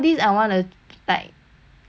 I'm most interested in working there